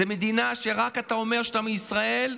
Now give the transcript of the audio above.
זו מדינה שאתה רק אומר שאתה מישראל,